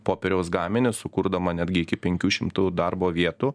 popieriaus gaminius sukurdama netgi iki penkių šimtų darbo vietų